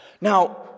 Now